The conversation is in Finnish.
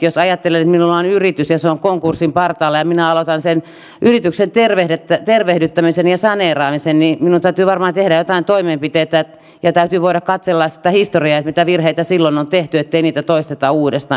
jos ajattelee että minulla on yritys ja se on konkurssin partaalla ja minä aloitan sen yrityksen tervehdyttämisen ja saneeraamisen niin minun täytyy varmaan tehdä joitain toimenpiteitä ja täytyy voida katsella sitä historiaa mitä virheitä silloin on tehty ettei niitä toisteta uudestaan